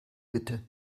bitte